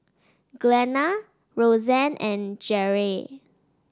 Glenna Rosanne and Jere